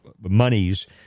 monies